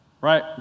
right